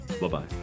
Bye-bye